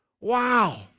Wow